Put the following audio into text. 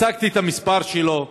השגתי את המספר שלו,